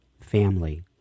family